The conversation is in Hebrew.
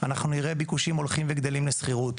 אנחנו נראה ביקושים הולכים וגדלים לשכירות.